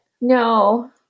No